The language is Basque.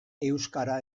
euskara